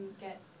get